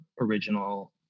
original